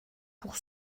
pour